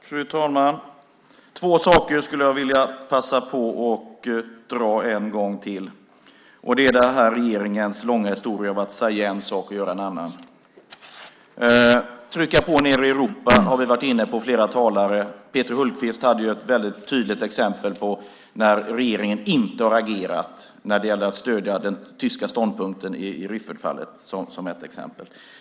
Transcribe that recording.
Fru talman! Jag ska passa på att ta upp två saker en gång till. Det handlar om den här regeringens långa historia av att säga en sak och göra en annan. Flera talare har varit inne på att man ska trycka på nere i Europa. Peter Hultqvist hade ett väldigt tydligt exempel på när regeringen inte har agerat när det gällde att stödja den tyska ståndpunkten i Rüffertfallet.